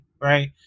Right